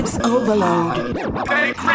Overload